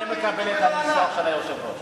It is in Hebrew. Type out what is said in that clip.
אני מקבל את גישתו של היושב-ראש.